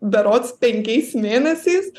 berods penkiais mėnesiais